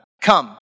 come